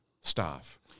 staff